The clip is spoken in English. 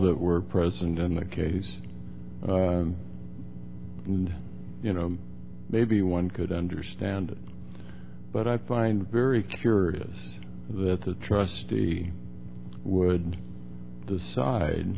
that were present in the case and you know maybe one could understand but i find very curious that the trustee would decide